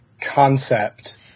concept